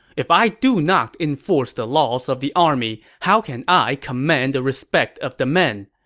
if i do not enforce the laws of the army, how can i command the respect of the men?